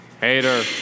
Hater